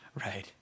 right